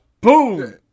Boom